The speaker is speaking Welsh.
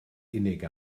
unig